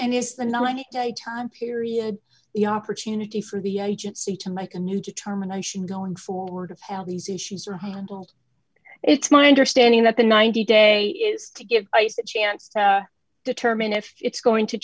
and is the no any time period the opportunity for the agency to mike a new determination going forward of how these issues are handled it's my understanding that the ninety day is to give ice a chance to determine if it's going to